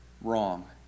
wrong